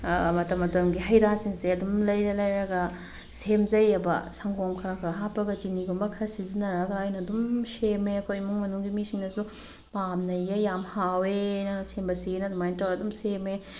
ꯃꯇꯝ ꯃꯇꯝꯒꯤ ꯍꯩ ꯔꯥ ꯁꯤꯡꯁꯦ ꯑꯗꯨꯝ ꯂꯩꯔ ꯂꯩꯔꯒ ꯁꯦꯝꯖꯩꯑꯕ ꯁꯪꯒꯣꯝ ꯈꯔ ꯈꯔ ꯍꯥꯞꯄꯒ ꯆꯤꯅꯤꯒꯨꯝꯕ ꯈꯔ ꯁꯤꯖꯤꯟꯅꯔꯒ ꯑꯩꯅ ꯑꯗꯨꯝ ꯁꯦꯝꯃꯦ ꯑꯩꯈꯣꯏ ꯏꯃꯨꯡ ꯃꯅꯨꯡ ꯃꯤꯁꯤꯡꯅꯁꯨ ꯄꯥꯝꯅꯩꯌꯦ ꯌꯥꯝ ꯍꯥꯎꯋꯦ ꯅꯪꯅ ꯁꯦꯝꯕꯁꯦꯅ ꯑꯗꯨꯃꯥꯏ ꯇꯧꯔ ꯑꯗꯨꯝ ꯁꯦꯝꯃꯦ